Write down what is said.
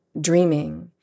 dreaming